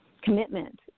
commitment